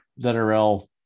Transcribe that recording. ZRL